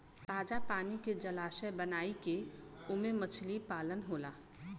ताजा पानी के जलाशय बनाई के ओमे मछली पालन होला